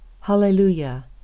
Hallelujah